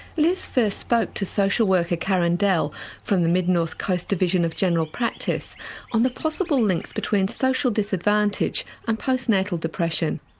liz first spoke to social worker karen dell from the mid north coast division of general practice on the possible links between social disadvantage and postnatal depression.